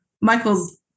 Michaels